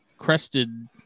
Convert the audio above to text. crested